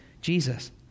Jesus